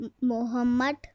Muhammad